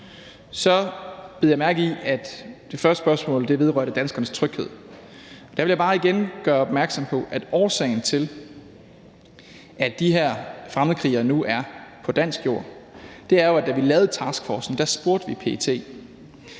Så bed jeg mærke i, at det første spørgsmål vedrørte danskernes tryghed. Der vil jeg bare igen gøre opmærksom på, at årsagen til, at de her fremmedkrigere nu er på dansk jord, jo er, at da vi lavede taskforcen, spurgte vi PET,